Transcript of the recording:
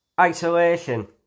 Isolation